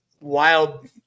wild